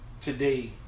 Today